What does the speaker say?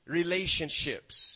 relationships